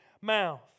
mouth